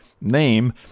name